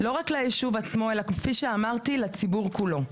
לא רק ליישוב עצמו אלא לציבור כולו,